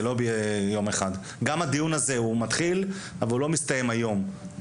גם הדיון הזה הוא מתחיל אבל הוא לא מסתיים היום.